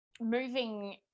moving